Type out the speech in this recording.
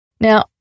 Now